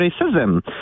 racism